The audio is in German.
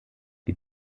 die